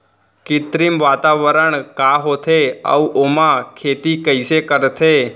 कृत्रिम वातावरण का होथे, अऊ ओमा खेती कइसे करथे?